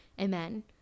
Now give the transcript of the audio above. Amen